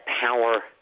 power